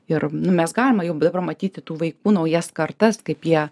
ir nu mes galim jau dabar matyti tų vaikų naujas kartas kaip jie